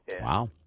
Wow